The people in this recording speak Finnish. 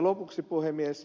lopuksi puhemies